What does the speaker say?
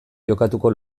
jokatuko